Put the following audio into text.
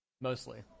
mostly